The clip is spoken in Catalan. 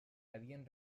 havien